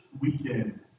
weekend